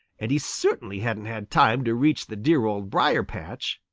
and he certainly hadn't had time to reach the dear old briar-patch.